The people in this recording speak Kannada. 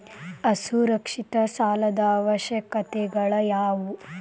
ಅಸುರಕ್ಷಿತ ಸಾಲದ ಅವಶ್ಯಕತೆಗಳ ಯಾವು